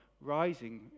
rising